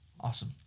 Awesome